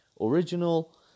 original